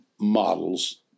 models